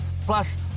Plus